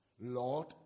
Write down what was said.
Lord